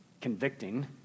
convicting